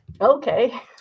Okay